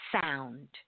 sound